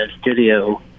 studio